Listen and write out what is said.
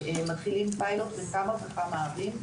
אנחנו מתחילים בפיילוט בכמה וכמה ערים,